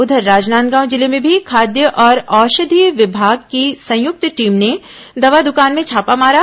उधर राजनांदगांव जिले में भी खाद्य और औषधि विभाग की संयुक्त टीम ने दवा दुकान में छापा मारा